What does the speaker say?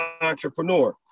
entrepreneur